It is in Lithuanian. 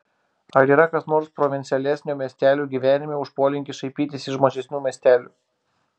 ar yra kas nors provincialesnio miestelių gyvenime už polinkį šaipytis iš mažesnių miestelių